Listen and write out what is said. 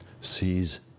sees